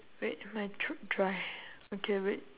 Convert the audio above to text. wait ha I tr~ try okay wait